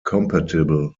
compatible